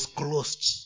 closed